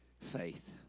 faith